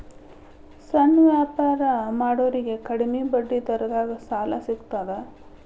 ಸಣ್ಣ ವ್ಯಾಪಾರ ಮಾಡೋರಿಗೆ ಕಡಿಮಿ ಬಡ್ಡಿ ದರದಾಗ್ ಸಾಲಾ ಸಿಗ್ತದಾ?